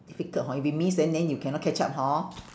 difficult hor if you miss then then you can not catch up hor